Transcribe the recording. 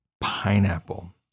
pineapple